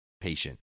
patient